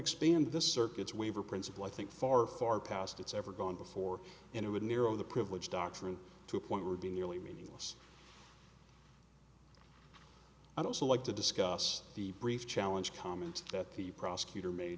expand this circuits waiver principle i think far far past it's ever gone before and it would narrow the privilege doctrine to a point would be nearly meaningless i'd also like to discuss the brief challenge comment that the prosecutor made